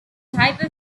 type